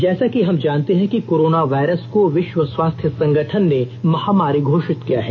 जैसा कि हम जानते हैं कि कोरोना वायरस को विष्व स्वास्थ्य संगठन ने महामारी घोषित किया है